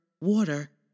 water